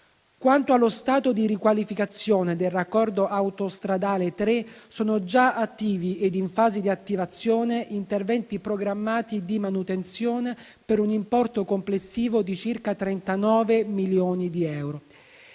Quanto allo stato di riqualificazione del raccordo autostradale 3, sono già attivi ed in fase di attivazione interventi programmati di manutenzione per un importo complessivo di circa 39 milioni di euro.